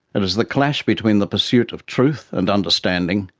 it is the clash between the pursuit of truth and understanding,